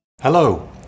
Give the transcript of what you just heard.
Hello